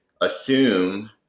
assume